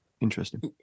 Interesting